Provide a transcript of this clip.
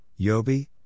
Yobi